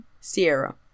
Sierra